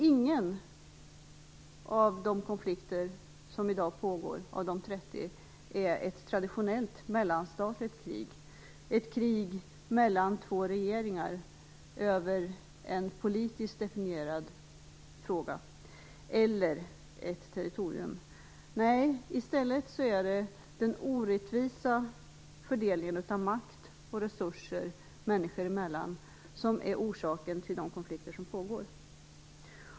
Ingen av de 30 konflikter som i dag pågår är ett traditionellt mellanstatligt krig, ett krig mellan två regeringar över en politiskt definierad fråga eller ett territorium. I stället är det den orättvisa fördelningen av makt och resurser människor emellan som är orsaken till de konflikter som pågår.